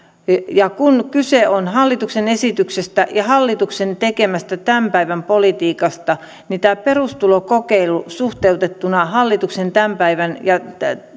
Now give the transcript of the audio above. kun kyse on hallituksen esityksestä ja hallituksen tekemästä tämän päivän politiikasta niin tämä perustulokokeilu on suhteutettava hallituksen tämän päivän ja